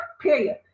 period